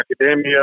academia